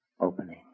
Opening